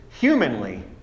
humanly